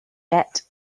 yet